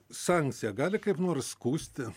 sankciją gali kaip nors skųsti